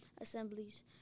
assemblies